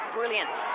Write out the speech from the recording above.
Brilliant